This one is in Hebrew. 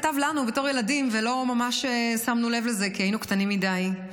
כתב לנו בתור ילדים ולא ממש שמנו לב לזה כי היינו קטנים מדי.